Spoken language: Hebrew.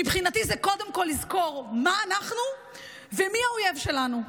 מבחינתי זה קודם כול לזכור מי אנחנו ומי האויב שלנו.